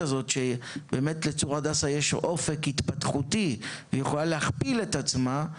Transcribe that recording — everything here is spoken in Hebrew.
יש באמת אופק התפתחותי והיא יכולה להכפיל את עצמה.